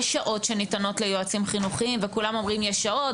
יש שעות שניתנות ליועצים חינוכיים וכולם אומרים יש שעות,